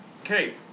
Okay